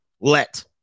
let